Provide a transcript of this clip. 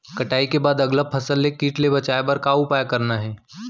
कटाई के बाद अगला फसल ले किट ले बचाए बर का उपाय करना हे?